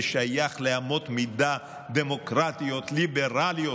זה שייך לאמות מידה דמוקרטיות ליברליות.